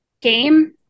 game